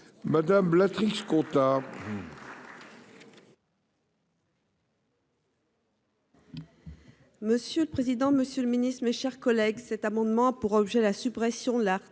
Madame la triche compta. Monsieur le président, Monsieur le Ministre, mes chers collègues. Cet amendement pour objet la suppression de l'article